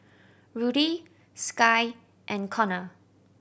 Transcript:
Rudy Skye and Konner